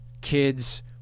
kids